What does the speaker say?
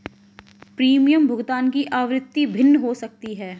premium भुगतान की आवृत्ति भिन्न हो सकती है